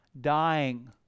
dying